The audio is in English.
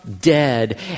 Dead